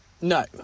No